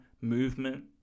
movement